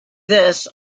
this